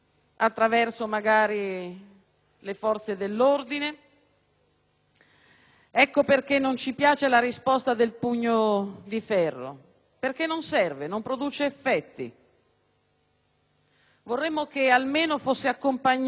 Ecco perché non ci piace la risposta del pugno di ferro, perché non serve, non produce effetti; vorremmo che almeno fosse accompagnata da misure che affrontino anche gli aspetti sociali